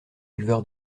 éleveur